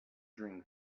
dream